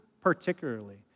particularly